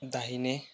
दाहिने